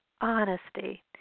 honesty